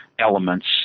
elements